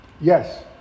Yes